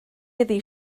iddi